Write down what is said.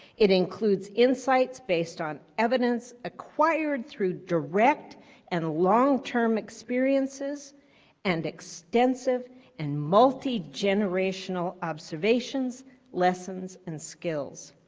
it includes insight based on evidence acquired through direct and long-term experiences and extensive and multi generational observations lessons, and skills.